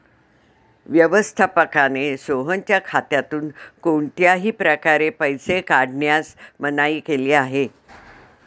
व्यवस्थापकाने सोहनच्या खात्यातून कोणत्याही प्रकारे पैसे काढण्यास मनाई केली आहे